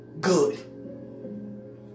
Good